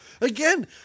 Again